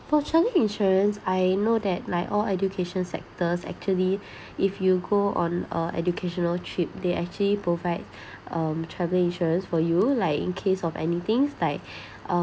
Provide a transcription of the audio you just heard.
fortunately insurance I know that like all education sectors actually if you go on a educational trip they actually provide um travel insurance for you like in case of any things like uh